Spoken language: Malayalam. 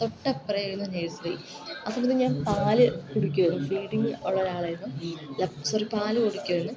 തൊട്ടപ്പറെയായിരുന്നു നേഴ്സറി അപ്പം അന്ന് ഞാൻ പാല് കുടിക്കുവായിരുന്നു ഫീഡിങ് ഉള്ള ഒരാളായിരുന്നു സോറി പാല് കുടിക്കുവായിരുന്നു